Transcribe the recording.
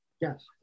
Yes